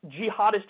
jihadist